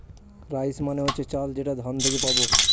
rice মানে হচ্ছে চাল যেটা ধান থেকে পাবো